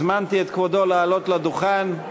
הזמנתי את כבודו לעלות לדוכן.